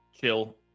chill